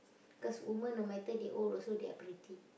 cause women no matter they old also they are pretty